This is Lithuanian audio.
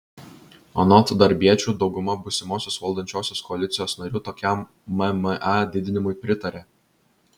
anot darbiečių dauguma būsimosios valdančiosios koalicijos narių tokiam mma didinimui pritarė